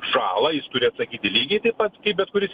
žalą jis turi atsakyti lygiai taip pat bet kuris